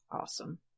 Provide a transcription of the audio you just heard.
Awesome